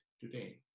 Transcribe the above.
today